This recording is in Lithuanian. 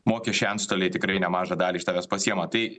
mokesčiai antstoliai tikrai nemažą dalį iš tavęs pasiima tai